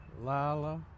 Lila